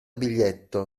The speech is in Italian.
biglietto